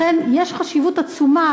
לכן יש לכך חשיבות עצומה.